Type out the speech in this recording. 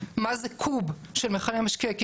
מה זה קוב של מכלי משקה.